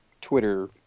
Twitter